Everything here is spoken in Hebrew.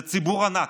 זה ציבור ענק,